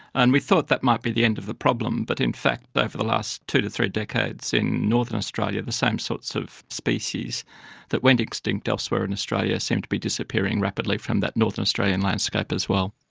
and we thought that might be the end of the problem but in fact over the last two to three decades in northern australia, the same sorts of species that went extinct elsewhere in australia seem to be disappearing rapidly from that northern australian landscape as well.